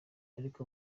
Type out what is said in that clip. ariko